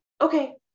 okay